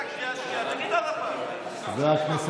דבר.